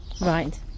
Right